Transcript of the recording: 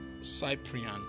cyprian